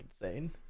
insane